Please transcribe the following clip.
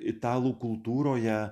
italų kultūroje